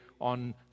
on